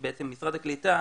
משרד הקליטה,